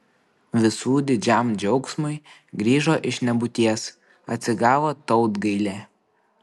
visų didžiam džiaugsmui grįžo iš nebūties atsigavo tautgailė